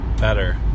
better